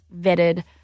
vetted